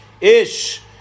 Ish